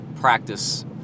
practice